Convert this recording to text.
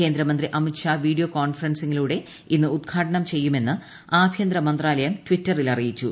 കേന്ദ്രമന്ത്രി അമിത്ഷാ വീഡിയോ കോൺഫറൻസിങ്ങിലൂടെ ഇന്ന് ഉദ്ഘാടനം ചെയ്യുമെന്ന് ആഭ്യന്തര മന്ത്രാലയം ട്വിറ്ററിൽ അറിയിച്ചു